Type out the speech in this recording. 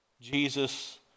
Jesus